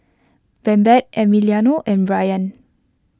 Babette Emiliano and Brayan